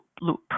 loop